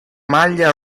maglia